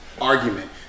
argument